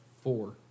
four